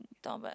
not bad